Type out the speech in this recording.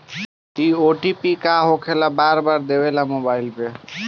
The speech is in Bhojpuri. इ ओ.टी.पी का होकेला बार बार देवेला मोबाइल पर?